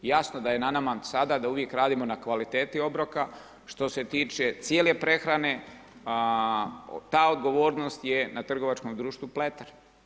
Jasno da je na nama sada da uvijek radimo na kvaliteti obroka, što se tiče cijele prehrane, ta odgovornost je na trgovačkom društvu Pleter.